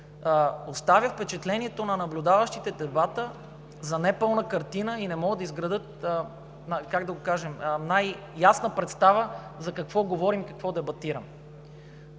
оставя впечатлението в наблюдаващите дебата за непълна картина и не могат да изградят, как да го кажем, най-ясна представа за какво говорим, какво дебатираме.